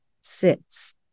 sits